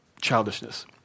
childishness